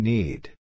Need